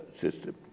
system